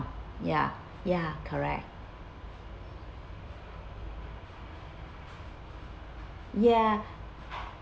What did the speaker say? ya ya correct ya